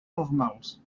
normals